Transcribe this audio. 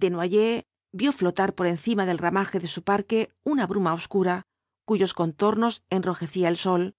desnoyers vio flotar por encima del ramaje de su parque una bruma obscura cuyos contornos enrojecía el sol